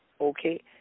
okay